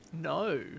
No